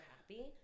happy